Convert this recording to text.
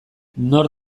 nor